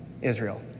Israel